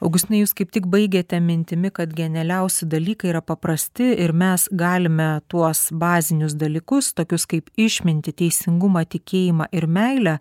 augustinai jūs kaip tik baigėte mintimi kad genialiausi dalykai yra paprasti ir mes galime tuos bazinius dalykus tokius kaip išmintį teisingumą tikėjimą ir meilę